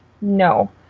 no